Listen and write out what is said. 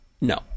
no